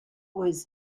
was